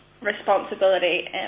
Responsibility